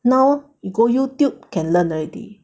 now you go Youtube can learn already